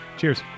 Cheers